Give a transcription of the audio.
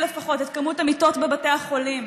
לפחות את מספר המיטות בבתי החולים,